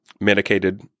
medicated